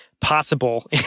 possible